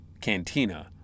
cantina